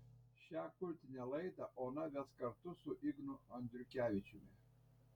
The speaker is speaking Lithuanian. šią kultinę laidą ona ves kartu su ignu andriukevičiumi